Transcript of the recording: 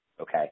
Okay